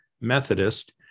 Methodist